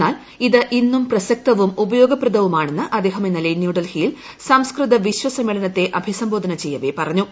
എന്നാൽ ഇത് ഇന്നും പ്രസക്തവും ഉപ്പുയോഗപ്രദവുമാണെന്ന് അദ്ദേഹം ഇന്നലെ ന്യൂഡൽഹിയിൽ സംസ്കൂർപ്പിശ്വസമ്മേളനത്തെ അഭിസംബോധന ചെയ്യവേ പറഞ്ഞു